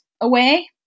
away